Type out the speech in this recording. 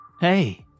hey